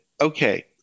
okay